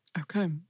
okay